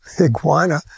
iguana